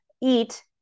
eat